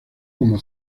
como